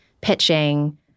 pitching